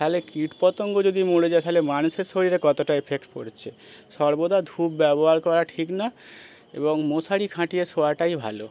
তাহলে কীটপতঙ্গ যদি মরে যায় তাহলে মানুষের শরীরে কতটা এফেক্ট পড়ছে সর্বদা ধূপ ব্যবহার করা ঠিক না এবং মশারি খাঁটিয়ে শোয়াটাই ভালো